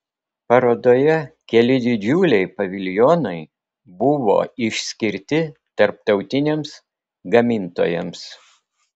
parodoje keli didžiuliai paviljonai buvo išskirti tarptautiniams gamintojams